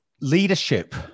leadership